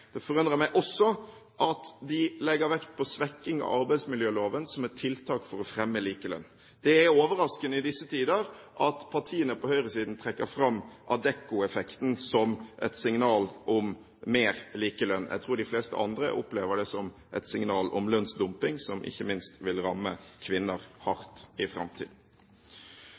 Det forundrer meg. Det forundrer meg også at de legger vekt på å svekke arbeidsmiljøloven som et tiltak for å fremme likelønn. Det er i disse tider overraskende at partiene på høyresiden trekker fram Adecco-effekten som et signal om mer likelønn. Jeg tror de fleste andre opplever det som et signal om lønnsdumping, som ikke minst vil ramme kvinner hardt i framtiden.